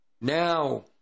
Now